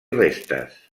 restes